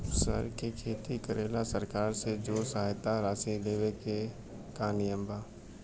सर के खेती करेला सरकार से जो सहायता राशि लेवे के का नियम बा?